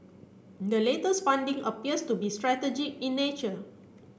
the latest funding appears to be strategic in nature